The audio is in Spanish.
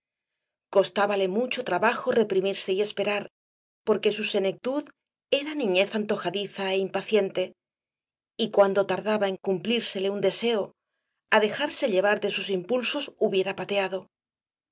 costábale mucho trabajo reprimirse y esperar porque su senectud era niñez antojadiza é impaciente y cuando tardaba en cumplírsele un deseo á dejarse llevar de sus impulsos hubiera pateado el